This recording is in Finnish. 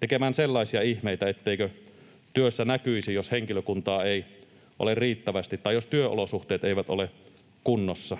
tekemään sellaisia ihmeitä, etteikö työssä näkyisi, jos henkilökuntaa ei ole riittävästi tai jos työolosuhteet eivät ole kunnossa.